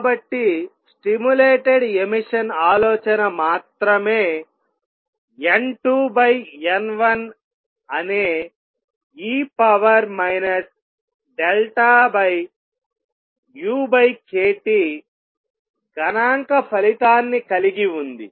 కాబట్టి stimulated emission ఆలోచన మాత్రమే N2 N1 అనే e ukT గణాంక ఫలితాన్ని కలిగి ఉంది